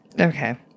Okay